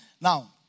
Now